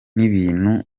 n’ibintu